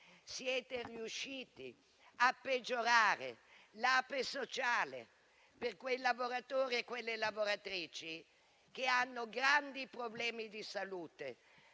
Siete riusciti a peggiorare l'APE sociale per quei lavoratori e quelle lavoratrici che hanno grandi problemi di salute